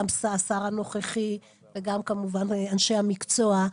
גם השר הנוכחי וגם כמובן אנשי המקצוע,